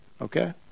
okay